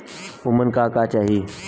उमन का का चाही?